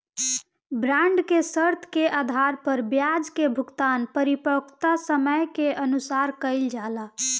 bond के शर्त के आधार पर ब्याज के भुगतान परिपक्वता समय के अनुसार कईल जाला